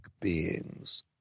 beings